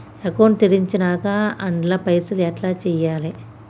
Account తెరిచినాక అండ్ల పైసల్ ఎట్ల వేయాలే?